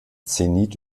zenit